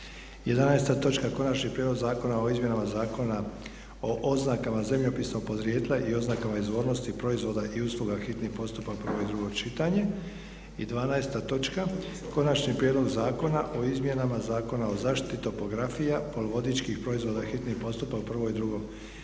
- Konačni prijedlog zakona o izmjenama Zakona o oznakama zemljopisnog podrijetla i oznakama izvornosti proizvoda i usluga, hitni postupak, prvo i drugo čitanje, P.Z. br. 38; - Konačni prijedlog zakona o izmjenama Zakona o zaštiti topografija poluvodičkih proizvoda, hitni postupak, prvo i drugo čitanje,